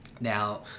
Now